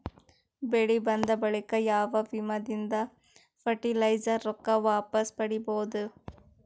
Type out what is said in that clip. ಬೆಳಿ ಬಂದ ಬಳಿಕ ಯಾವ ವಿಮಾ ದಿಂದ ಫರಟಿಲೈಜರ ರೊಕ್ಕ ವಾಪಸ್ ಪಡಿಬಹುದು?